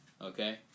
Okay